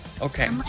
Okay